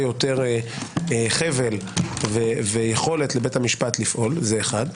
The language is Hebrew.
יותר חבל ויכולת לבית המשפט לפעול זה אחד.